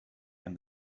and